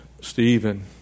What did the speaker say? Stephen